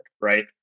Right